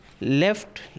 left